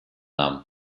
нам